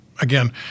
again